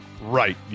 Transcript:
Right